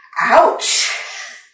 Ouch